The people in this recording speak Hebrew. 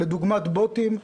דוגמת בוטים.